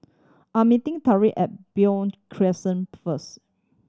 I'm meeting Tyriq at Beo Crescent first